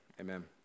Amen